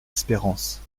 espérance